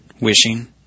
wishing